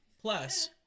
Plus